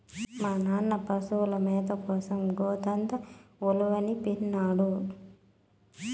మా నాయన పశుల మేత కోసం గోతంతో ఉలవనిపినాడు